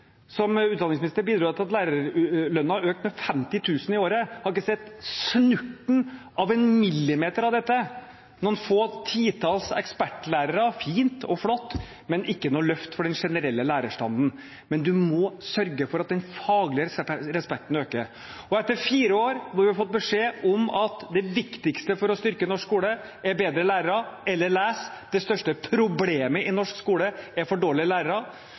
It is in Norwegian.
at lærerlønnen økte med 50 000 kr i året. Jeg har ikke sett snurten av en millimeter av dette. Noen få titalls ekspertlærere – fint og flott – men ikke noe løft for den generelle lærerstanden. Men man må sørge for at den faglige respekten øker. Etter fire år hvor vi har fått beskjed om at det viktigste for å styrke norsk skole er bedre lærere – les: det største problemet i norsk skole er for dårlige lærere